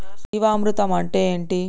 జీవామృతం అంటే ఏంటి?